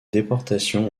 déportation